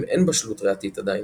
אם אין בשלות ריאתית עדיין,